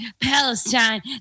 Palestine